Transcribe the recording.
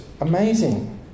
amazing